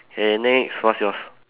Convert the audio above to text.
eh next what's your